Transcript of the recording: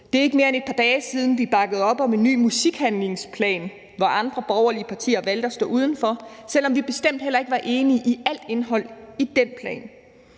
Det er ikke mere end et par dage siden, vi bakkede op om en ny musikhandlingsplan, hvor andre borgerlige partier valgte at stå udenfor, selv om vi bestemt heller ikke var enige i alt indhold i den plan.